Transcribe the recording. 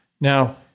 Now